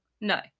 No